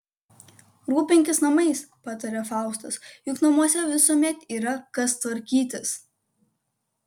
rūpinkis namais pataria faustas juk namuose visuomet yra kas tvarkytis